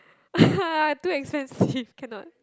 too expensive cannot